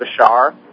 Bashar